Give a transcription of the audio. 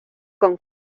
con